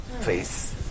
please